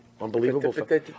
Unbelievable